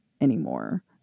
anymore